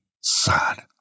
sad